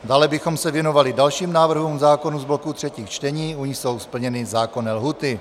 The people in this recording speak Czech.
Dále bychom se věnovali dalším návrhům zákonů z bloku třetích čtení, u nichž jsou splněny zákonné lhůty.